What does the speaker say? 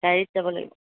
গাড়ীত যাব লাগিব